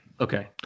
Okay